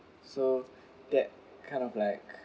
so that kind of like